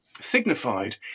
signified